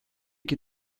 iki